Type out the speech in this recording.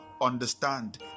understand